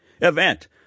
Event